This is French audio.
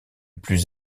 plus